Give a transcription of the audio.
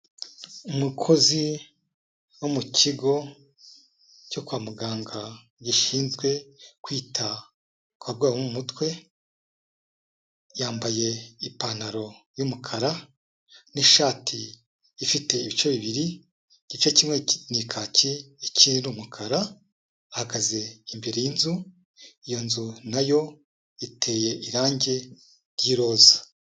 Umukozi wo mu kigo cyo kwa muganga gishinzwe kwita ku baryayi bo mu mutwe, yambaye ipantaro y'umukara n'ishati ifite ibice bibiri, igice kimwe ni kaki, ikindi ni umukara, ahagaze imbere y'inzu, iyo nzu nayo iteye irangi ry'iroza.